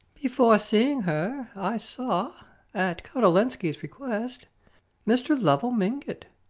before seeing her, i saw at count olenski's request mr. lovell mingott,